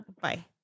Bye